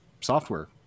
software